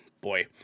boy